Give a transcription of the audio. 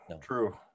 true